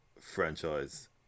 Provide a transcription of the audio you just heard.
franchise